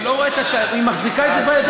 אתה לא רואה שהיא מחזיקה את זה בידיים?